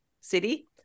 city